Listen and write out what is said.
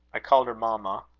i called her mamma,